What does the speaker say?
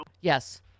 yes